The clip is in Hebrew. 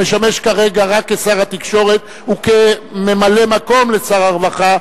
המשמש כרגע רק כשר התקשורת וכממלא-מקום שר הרווחה,